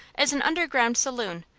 is an underground saloon,